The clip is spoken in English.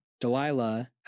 Delilah